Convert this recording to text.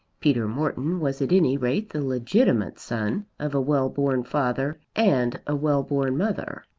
peter morton was at any rate the legitimate son of a well-born father and a well-born mother.